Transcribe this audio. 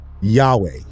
Yahweh